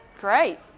Great